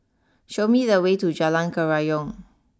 show me the way to Jalan Kerayong